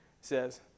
says